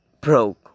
broke